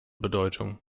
bedeutung